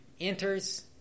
enters